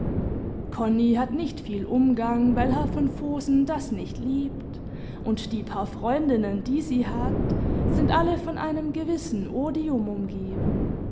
konni hat nicht viel umgang weil herr von vohsen das nicht liebt und die paar freundinnen die sie hat sind alle von einem gewissen odium umgeben